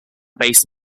base